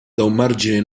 margine